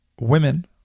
women